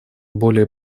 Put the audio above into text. более